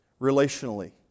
relationally